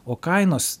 o kainos